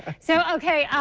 so okay,